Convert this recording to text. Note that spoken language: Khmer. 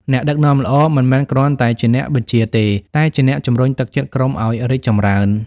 អ្នកដឹកនាំល្អ មិនមែនគ្រាន់តែជាអ្នកបញ្ជាទេ តែជាអ្នកជំរុញទឹកចិត្តក្រុមឲ្យរីកចម្រើន។